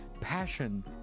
Passion